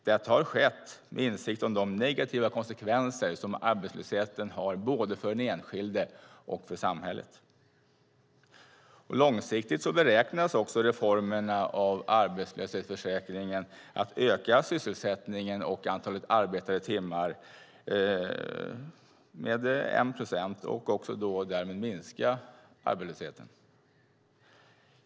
Detta har skett med insikt om de negativa konsekvenser som arbetslösheten har både för den enskilde och för samhället. Långsiktigt beräknas reformerna av arbetslöshetsförsäkringen öka sysselsättningen och antalet arbetade timmar med 1 procent och därmed också minska arbetslösheten.